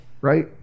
right